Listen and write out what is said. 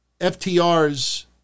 FTR's